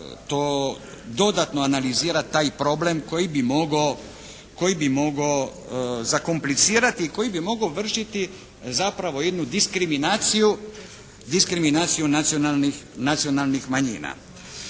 dodatno analizirati taj problem koji bi mogao zakomplicirati, koji bi mogao vršiti zapravo jednu diskriminaciju nacionalnih manjina.